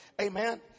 Amen